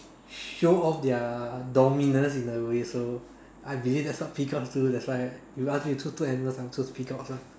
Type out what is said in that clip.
show off their dominance in a way so I believe what that's peacocks do that's why if you ask me choose two animals I'll choose peacocks lor